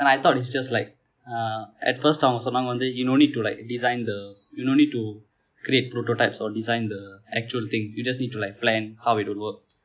and I thought is just like uh at first அவங்க சொன்னார்கள் வந்து:avanga sonnargal vanthu you no need to like design the you no need to create prototypes or design the actual thing you just need to like plan how it will work